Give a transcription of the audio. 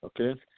Okay